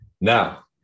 Now